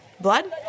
Blood